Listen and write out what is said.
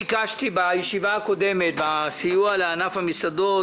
בישיבה הקודמת בנושא הסיוע לענף המסעדות